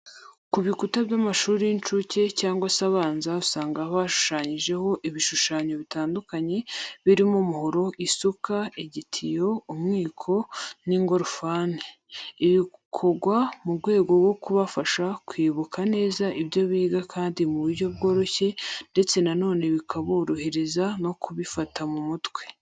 Ku bikuta by'amashuri y'incuke cyangwa se abanza usanga haba hashushanyijeho ibishushanyo bitandukanye birimo umuhoro, isuka, igitiyo, umwiko n'ingorofani. Ibi bikorwa mu rwego rwo kubafasha kwibuka neza ibyo biga kandi mu buryo bworoshye ndetse na none bikaborohereza no kubifata mu mutwe.